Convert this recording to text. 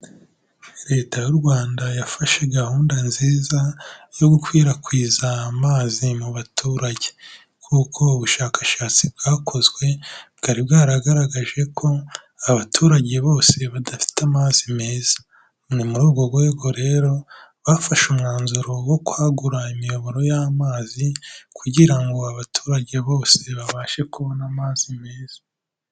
Leta y'u Rwanda yafashe gahunda nziza yo gukwirakwiza amazi mu baturage kuko ubushakashatsi bwakozwe bwari bwaragaragaje ko abaturage bose badafite amazi meza, ni muri urwo rwego rero bafashe umwanzuro wo kwagura imiyoboro y'amazi kugira ngo abaturage bose babashe kubona amazi meza.